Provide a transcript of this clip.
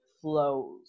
flows